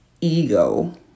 ego